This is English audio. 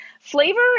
flavor